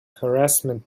harassment